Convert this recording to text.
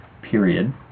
period